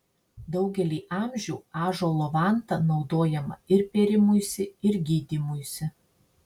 daugelį amžių ąžuolo vanta naudojama ir pėrimuisi ir gydymuisi